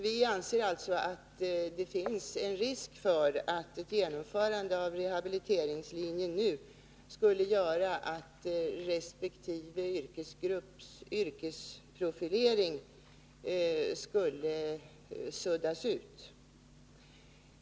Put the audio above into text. Vi anser alltså att det finns en risk för att ett genomförande av rehabiliteringslinjen nu skulle medföra att resp. yrkesgrupps yrkesprofilering suddas ut.